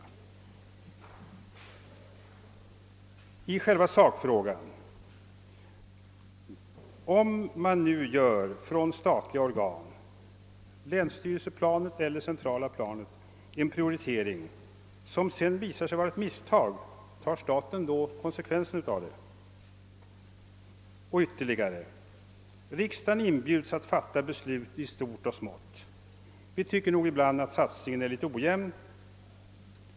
Beträffande själva sakfrågan undrar jag: Om statliga organ, på länsstyrelseplanet eller det centrala planet, gör en prioritering som sedan visar sig vara ett misstag, tar staten då konsekvensen av det? Riksdagen inbjuds att fatia beslut i stor och smått. Vi tycker ibland att satsningen är litet ojämn.